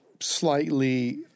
slightly